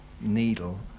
needle